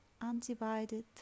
undivided